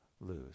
lose